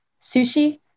sushi